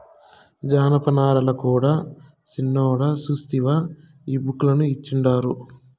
జనపనారల కూడా సిన్నోడా సూస్తివా ఈ బుక్ ల ఇచ్చిండారు